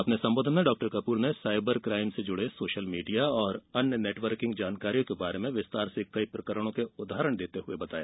अपने संबोधन में डॉ कपूर ने साईबर क्राईम से जुड़े सोशल मीडिया और अन्य नेटवर्किंग जानकारियों के बारे में विस्तार से कई प्रकरणों के उदाहरण देते हुए बताया